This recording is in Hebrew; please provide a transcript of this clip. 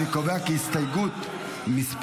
אני קובע כי הסתייגות מס'